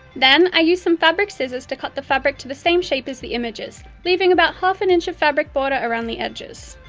then, i used some fabric scissors to cut the fabric to the same shape as the images, leaving about half an inch of fabric border around the edges.